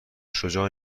شجاع